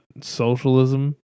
socialism